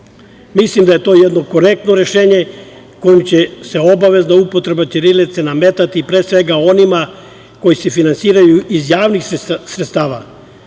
da je to jedno korektno rešenje kojim će se obavezna upotreba ćirilice nametati, pre svega, onima koji se finansiraju iz javnih sredstava